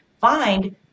find